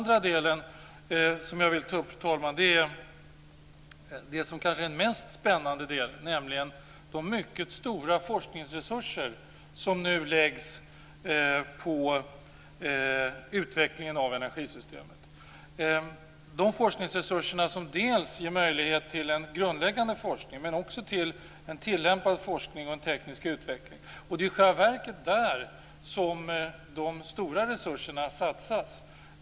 Den andra delen som jag vill ta upp gäller det som kanske är den mest spännande delen, nämligen de mycket stora forskningsresurser som nu läggs på utvecklingen av energisystemet. Det är forskningsresurser som ger möjlighet till en grundläggande forskning men också till en tillämpad forskning och teknisk utveckling. Det är i själva verket där som de stora resurserna satsas.